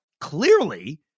clearly